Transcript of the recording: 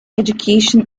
education